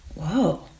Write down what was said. Whoa